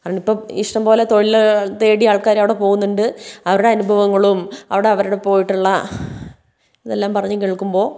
അതുകൊണ്ടിപ്പം ഇഷ്ടംപോലെ തൊഴിൽ തേടി ആള്ക്കാരവിടെ പോവുന്നുണ്ട് അവരുടെ അനുഭവങ്ങളും അവിടെ അവരുടെ പോയിട്ടുള്ള ഇതെല്ലാം പറഞ്ഞു കേള്ക്കുമ്പോൾ